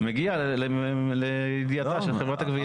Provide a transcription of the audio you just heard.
זה מגיע לידיעתה של חברת הגבייה.